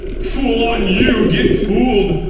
fool on you, get fooled.